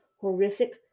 horrific